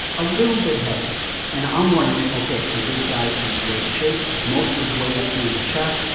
a little bit heavier and i'm wondering, okay, is this guy in great shape? is most of his weight up here in the chest?